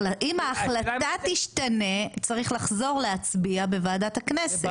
אם ההחלטה תשתנה צריך לחזור להצביע בוועדת הכנסת.